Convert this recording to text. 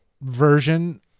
version